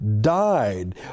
died